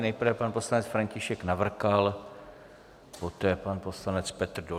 Nejprve pan poslanec František Navrkal, poté pan poslanec Petr Dolínek.